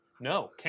No